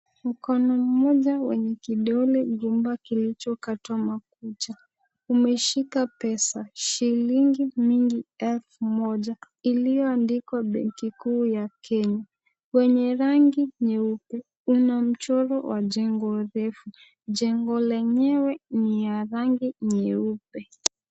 Mkono mmoja mwenye kidole gumba kilichokatwa makucha umeshika pesa, shillingi mingi elfu moja iliyoandikwa benki kuu ya Kenya. kwenye rangi nyeupe kuna mchoro wa jengo refu, jengo lenyewe ni ya rangi nyeupe.